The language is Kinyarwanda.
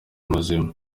muzima